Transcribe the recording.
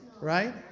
right